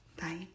Bye